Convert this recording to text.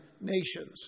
Nations